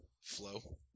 flow